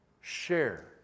share